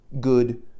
good